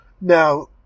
Now